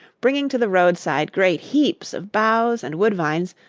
bringing to the roadside great heaps of boughs and woodvines,